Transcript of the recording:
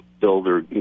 builder